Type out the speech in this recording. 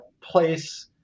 place